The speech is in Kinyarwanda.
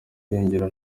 irengero